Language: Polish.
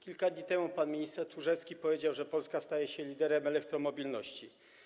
Kilka dni temu pan minister Tchórzewski powiedział, że Polska staje się liderem elektromobilności.